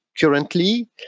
Currently